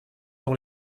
dans